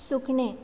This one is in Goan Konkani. सूखणें